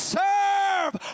serve